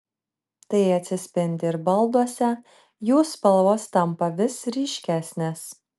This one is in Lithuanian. tai atsispindi ir balduose jų spalvos tampa vis ryškesnės